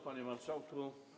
Panie Marszałku!